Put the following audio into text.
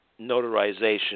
notarization